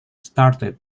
started